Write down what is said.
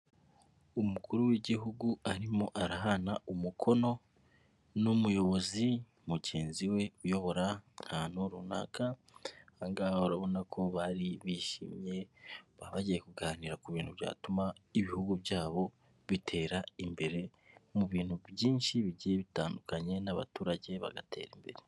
Umukuru w'igihugu arimo arahana umukono n'umuyobozi mugenzi we uyobora ahantu runaka, aha ngaha urabona ko bari bishimye baba bagiye kuganira ku bintu byatuma ibihugu byabo bitera imbere, mu bintu byinshi bigiye bitandukanye n'abaturage bagatera imbere.